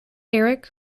erich